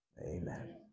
amen